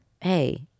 hey